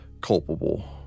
culpable